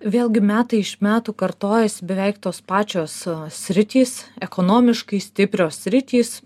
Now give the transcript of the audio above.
vėlgi metai iš metų kartojasi beveik tos pačios sritys ekonomiškai stiprios sritys